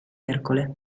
ercole